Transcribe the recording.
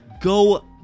go